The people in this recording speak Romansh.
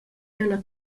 ella